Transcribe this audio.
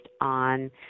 on